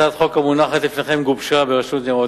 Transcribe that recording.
הצעת החוק המונחת לפניכם גובשה ברשות לניירות